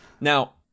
Now